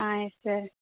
ah yes sir